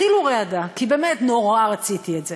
כי באמת, נורא רציתי את זה.